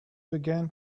began